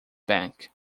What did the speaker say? bank